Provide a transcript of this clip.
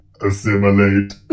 assimilate